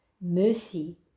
mercy